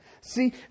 See